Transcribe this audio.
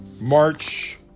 March